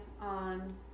on